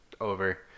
over